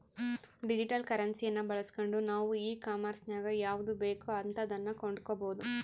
digital ಕರೆನ್ಸಿಯನ್ನ ಬಳಸ್ಗಂಡು ನಾವು ಈ ಕಾಂಮೆರ್ಸಿನಗ ಯಾವುದು ಬೇಕೋ ಅಂತದನ್ನ ಕೊಂಡಕಬೊದು